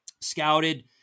scouted